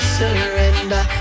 surrender